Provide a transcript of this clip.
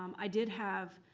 um i did have